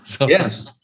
Yes